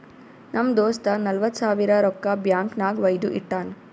ನಮ್ ದೋಸ್ತ ನಲ್ವತ್ ಸಾವಿರ ರೊಕ್ಕಾ ಬ್ಯಾಂಕ್ ನಾಗ್ ವೈದು ಇಟ್ಟಾನ್